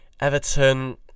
Everton